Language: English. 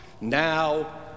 Now